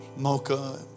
Mocha